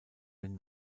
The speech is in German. den